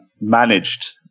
managed